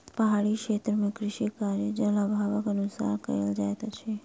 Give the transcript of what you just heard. पहाड़ी क्षेत्र मे कृषि कार्य, जल अभावक अनुसार कयल जाइत अछि